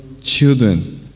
children